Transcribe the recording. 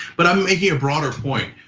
but i'm making a broader point.